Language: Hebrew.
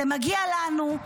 זה מגיע לנו,